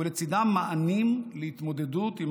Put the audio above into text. ולצידם מענים להתמודדות עם